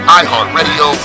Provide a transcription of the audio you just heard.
iHeartRadio